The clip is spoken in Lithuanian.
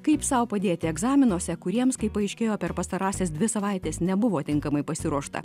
kaip sau padėti egzaminuose kuriems kaip paaiškėjo per pastarąsias dvi savaites nebuvo tinkamai pasiruošta